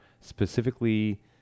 specifically